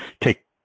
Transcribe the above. take